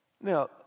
Now